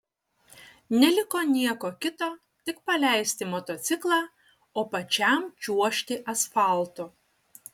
neliko nieko kito tik paleisti motociklą o pačiam čiuožti asfaltu